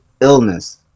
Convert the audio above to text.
illness